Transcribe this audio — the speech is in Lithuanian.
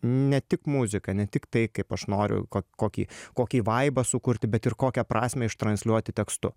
ne tik muzika ne tiktai kaip aš noriu ko kokį kokį vaibą sukurti bet ir kokią prasmę ištransliuoti tekstu